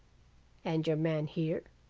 and your man here?